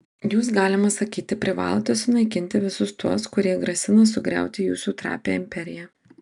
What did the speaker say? jūs galima sakyti privalote sunaikinti visus tuos kurie grasina sugriauti jūsų trapią imperiją